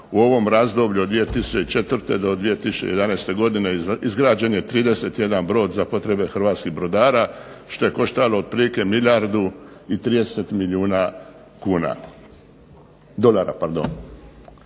u ovom razdoblju od 2004. do 2011. godine izgrađen je 31 brod za potrebe hrvatskih brodara što je koštalo otprilike milijardu i 30 milijuna kuna, dolara pardon.